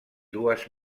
dues